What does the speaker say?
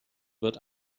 wird